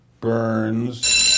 Burns